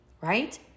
Right